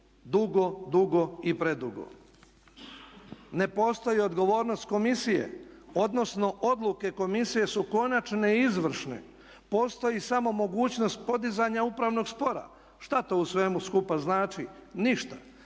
dugo, dugo i predugo. Ne postoji odgovornost komisije odnosno odluke komisije su konačne i izvršne. Postoji samo mogućnost podizanja upravnog spora. Šta to u svemu skupa znači? Ništa.